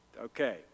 Okay